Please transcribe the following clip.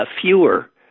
fewer